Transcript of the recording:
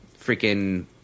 freaking